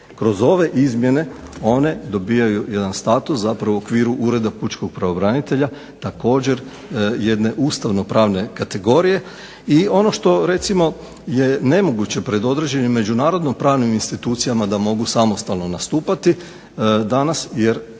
Kroz ove izmjene one dobivaju jedan status zapravo u okviru Ureda pučkog pravobranitelja također jedne ustavno pravne kategorije. I ono što recimo je nemoguće pred određenim međunarodno pravnim institucijama da mogu samostalno nastupati danas, jer